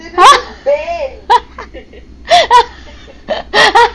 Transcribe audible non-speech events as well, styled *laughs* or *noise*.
*laughs*